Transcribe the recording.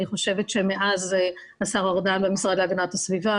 אני חושבת שמאז השר ארדן במשרד להגנת הסביבה,